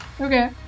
Okay